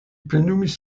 plenumis